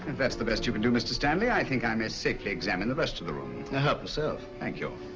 and that's the best you can do, mr. stanley, i think i may safely examine the rest of the room. and help yourself. thank you.